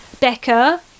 Becca